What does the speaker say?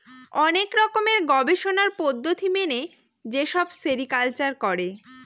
অনেক রকমের গবেষণার পদ্ধতি মেনে যেসব সেরিকালচার করে